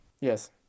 Yes